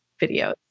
videos